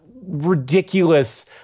ridiculous